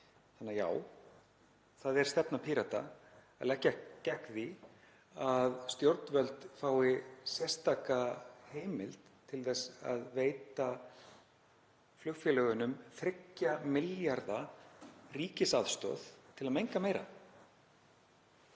Þannig að já, það er stefna Pírata að leggjast gegn því að stjórnvöld fái sérstaka heimild til þess að veita flugfélögunum 3 milljarða ríkisaðstoð til að menga meira.